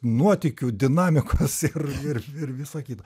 nuotykių dinamikos ir ir ir viso kito